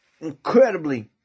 incredibly